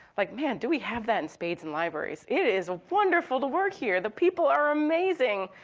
like, man, do we have that in spades in libraries. it is wonderful to work here. the people are amazing.